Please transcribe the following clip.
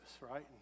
right